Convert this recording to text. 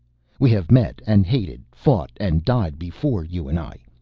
we have met and hated, fought and died before you and i.